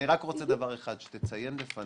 אני רק רוצה דבר אחד, שתציין בפנינו